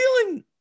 feeling